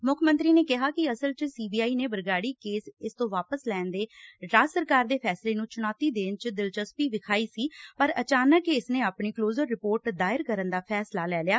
ਮੁੱਖ ਮੰਤਰੀ ਨੇ ਕਿਹਾ ਕਿ ਅਸਲ ਵੈਚ ਸੀ ਬੀ ਆਈ ਨੇ ਬਰਗਾਤੀ ਕੇਸ ਇਸ ਤੋ ਵਾਪਸ ਲੈਣ ਦੇ ਰਾਜ ਸਰਕਾਰ ਦੇ ਫੈਸਲੇ ਨ੍ਰੰ ਚੁਣੌਤੀ ਦੇਣ ਚ ਦਿਲਚਸਪੀ ਵਿਖਾਈ ਸੀ ਪਰ ਅਚਾਨਕ ਇਸ ਨੇ ਆਪਣੀ ਕਲੋਜ਼ਰ ਰਿਪੋਰਟ ਦਾਇਰ ਕਰਨ ਦਾ ਫੈਸਲਾ ਲੈ ਲਿਆ